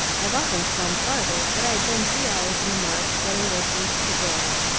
i've often swum farther but i'd been three hours in the marsh getting those things for the girls,